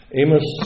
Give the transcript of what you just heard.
Amos